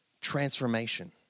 transformation